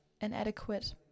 Inadequate